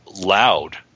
loud